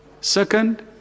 Second